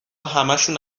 همشون